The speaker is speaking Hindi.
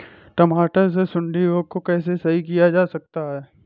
टमाटर से सुंडी रोग को कैसे सही किया जा सकता है?